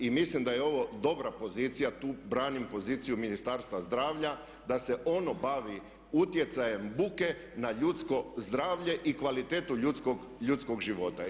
I mislim da je ovo dobra pozicija, tu branim poziciju Ministarstva zdravlja da se ono bavi utjecajem buke na ljudsko zdravlje i kvalitetu ljudskog života.